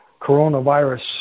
coronavirus